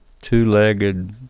two-legged